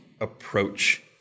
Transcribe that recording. approach